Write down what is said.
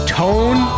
tone